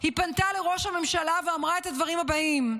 היא פנתה לראש הממשלה ואמרה את הדברים הבאים: